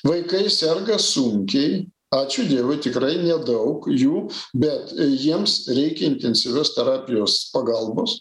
vaikai serga sunkiai ačiū dievui tikrai nedaug jų bet jiems reikia intensyvios terapijos pagalbos